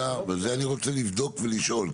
זה אני רוצה לבדוק ולשאול.